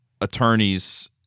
attorneys